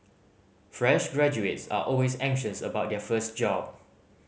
fresh graduates are always anxious about their first job